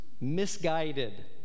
misguided